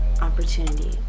opportunity